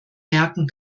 merken